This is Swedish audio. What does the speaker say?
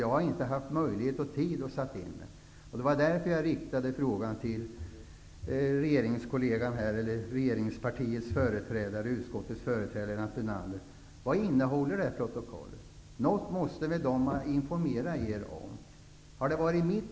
Därför har jag inte haft vare sig möjlighet eller tid att sätta mig in i det. Det är anledningen till att jag frågade Lennart Brunander, som ju företräder jordbruksutskottet samt ett av regeringspartierna, vad protokollet innehåller. Någon information måste ni ju ha fått.